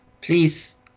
please